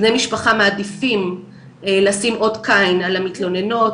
בני משפחה מעדיפים לשים אות קיין על המתלוננות,